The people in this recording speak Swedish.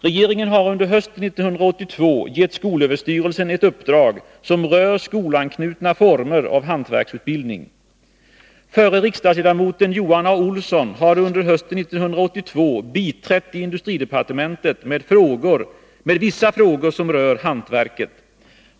Regeringen har under hösten 1982 gett skolöverstyrelsen ett uppdrag som rör skolanknutna former av hantverksutbildning. Förre riksdagsledamoten Johan A. Olsson har under hösten 1982 biträtt i industridepartementet med vissa frågor som rör hantverket.